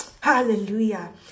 Hallelujah